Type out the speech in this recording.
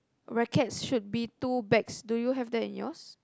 rackets should be two bags do you have that in yours